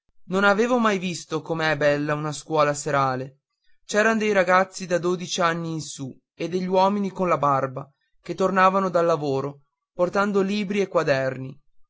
non avevo mai visto come è bella una scuola serale c'eran dei ragazzi da dodici anni in su e degli uomini con la barba che tornavano dal lavoro portando libri e quaderni